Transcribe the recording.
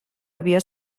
havia